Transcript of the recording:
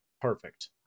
perfect